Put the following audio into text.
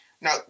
Now